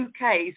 UK's